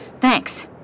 Thanks